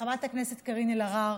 חברת הכנסת קארין אלהרר,